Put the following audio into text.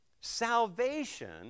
Salvation